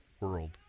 world